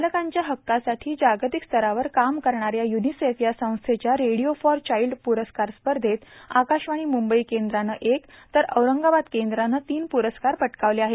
बालकांच्या हक्कांसाठी जागतिक स्तरावर काम करणा या य्निसेफ या संस्थेच्या रेडिओ फॉर चाईल्ड प्रस्कार स्पर्धेत आकाशवाणी मुंबई केंद्रानं एक तर औरंगाबाद केंद्रानं तीन प्रस्कार पटकावले आहेत